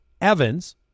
Evans